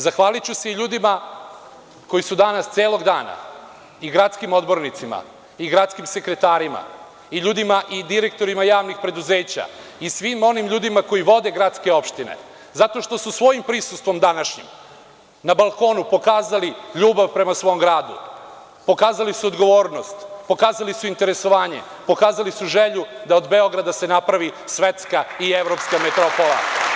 Zahvaliću se i ljudima koji su danas celog dana, i gradskim odbornicima i gradskim sekretarima i ljudima i direktorima javnih preduzeća i svim onim ljudima koji vode gradske opštine, zato što su svojim prisustvom današnjim na balkonu pokazali ljubav prema svom gradu, pokazali su odgovornost, pokazali su interesovanje, pokazali su želju da se od Beograda napravi svetska i evropska metropola.